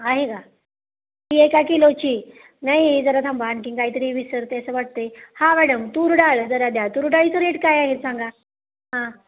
आहे का ती एका किलोची नाही जरा थांबा आणखीन काहीतरी विसरते आहे असं वाटत आहे हा मॅडम तूरडाळ जरा द्या तुरडाळीचं रेट काय आहे सांगा हां